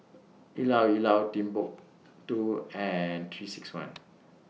Llao Llao Timbuk two and three six one